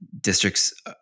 districts